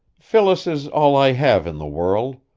phyllis is all i have in the world.